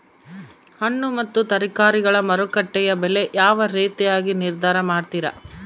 ಹಣ್ಣು ಮತ್ತು ತರಕಾರಿಗಳ ಮಾರುಕಟ್ಟೆಯ ಬೆಲೆ ಯಾವ ರೇತಿಯಾಗಿ ನಿರ್ಧಾರ ಮಾಡ್ತಿರಾ?